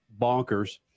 bonkers